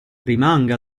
rimanga